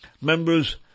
members